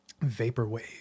Vaporwave